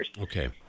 Okay